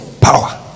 power